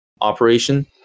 operation